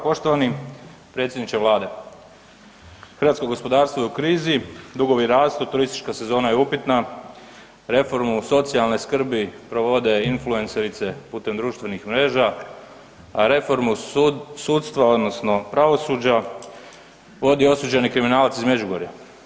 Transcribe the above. Poštovani predsjedniče vlade, hrvatsko gospodarstvo je u krizi, dugovi rastu, turistička sezona je upitna, reformu socijalne skrbi provode influencerice putem društvenih mreža, a reformu sudstva odnosno pravosuđa vodi osuđeni kriminalac iz Međugorja.